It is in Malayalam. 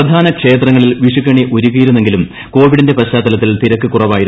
പ്രധാന ക്ഷേത്രങ്ങളിൽ വിഷുക്കണി ഒരുക്കിയിരുന്നെങ്കിലും കോവിഡിന്റെ പശ്ചാത്തലത്തിൽ തിരക്ക് കുറവായിരുന്നു